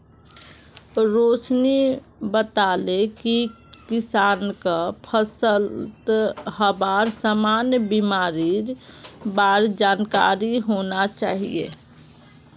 रोशिनी बताले कि किसानक फलत हबार सामान्य बीमारिर बार जानकारी होना चाहिए